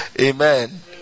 Amen